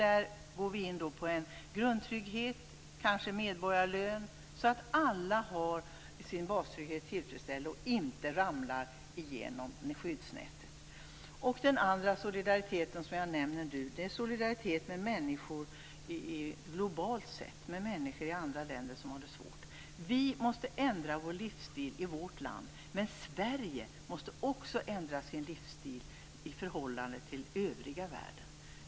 Där går vi in på grundtrygghet, kanske medborgarlön så att alla har sin bastrygghet tillfredsställd och inte ramlar genom skyddsnätet. Den andra solidariteten är solidaritet med människor globalt sett, människor i andra länder, som har det svårt. Vi måste ändra vår livsstil i vårt land. Men Sverige måste också ändra sin livsstil i förhållande till övriga världen.